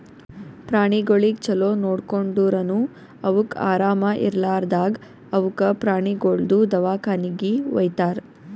ಪ್ರಾಣಿಗೊಳಿಗ್ ಛಲೋ ನೋಡ್ಕೊಂಡುರನು ಅವುಕ್ ಆರಾಮ ಇರ್ಲಾರ್ದಾಗ್ ಅವುಕ ಪ್ರಾಣಿಗೊಳ್ದು ದವಾಖಾನಿಗಿ ವೈತಾರ್